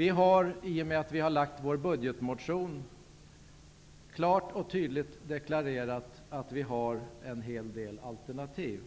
I och med att vi har lagt fram vår budgetmotion har vi klart och tydligt deklarerat att vi har en hel del alternativ.